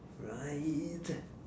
right